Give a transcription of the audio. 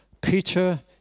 Peter